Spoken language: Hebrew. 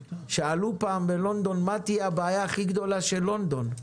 שאלו פעם בלונדון מה תהיה הבעיה הכי גדולה של לונדון.